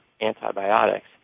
antibiotics